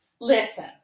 Listen